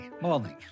Morning